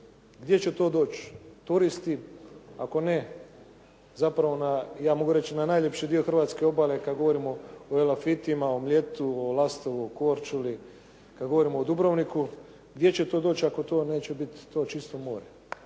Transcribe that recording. Gdje će to doći turisti, ako ne zapravo na, ja mogu reći i na najljepši dio hrvatske obale kad govorimo o Elafitima o Mljetu, o Lastovu, Korčuli, kad govorimo o Dubrovniku, gdje će to doći ako to neće biti to čisto more?